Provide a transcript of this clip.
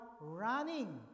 running